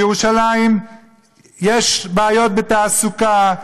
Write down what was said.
בירושלים יש בעיות בתעסוקה.